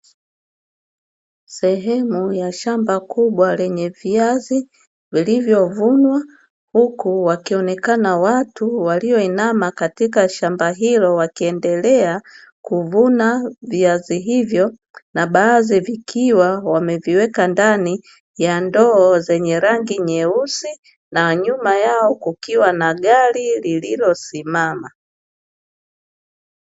Sehemu ya shamba kubwa lenye viazi vilivyovunwa, huku wakionekana watu walioinama katika shamba hilo, wakiendelea kuvuna viazi hivyo na baadhi vikiwa wameviweka ndani ya ndoo zenye rangi nyeusi na nyuma yao kukiwa na gari lililosimama.